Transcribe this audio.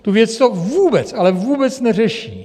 Tu věc to vůbec, ale vůbec neřeší!